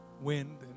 wind